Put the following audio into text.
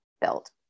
built